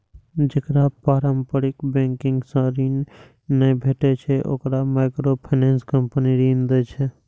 जेकरा पारंपरिक बैंकिंग सं ऋण नहि भेटै छै, ओकरा माइक्रोफाइनेंस कंपनी ऋण दै छै